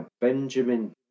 Benjamin